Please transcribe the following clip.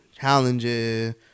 challenges